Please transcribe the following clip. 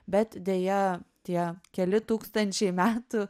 bet deja tie keli tūkstančiai metų